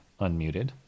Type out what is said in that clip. Unmuted